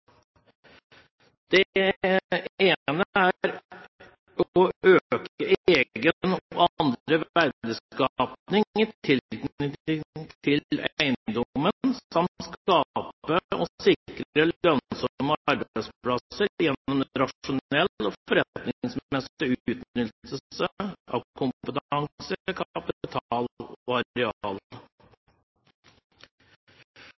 ene er å øke egen og andres verdiskaping i tilknytning til eiendommen samt skape og sikre lønnsomme arbeidsplasser gjennom rasjonell og forretningsmessig utnyttelse av kompetanse, kapital og